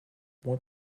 what